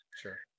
Sure